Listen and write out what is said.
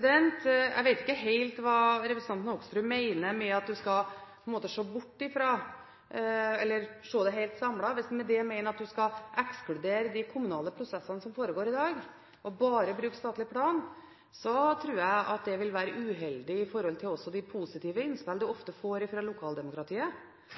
Jeg vet ikke helt hva representanten Hoksrud mener med at man skal se det samlet. Hvis han med det mener at man skal ekskludere de kommunale prosessene som foregår i dag, og bare bruke statlig plan, tror jeg det vil være uheldig med hensyn til de positive innspill man ofte får fra lokaldemokratiet.